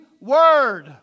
word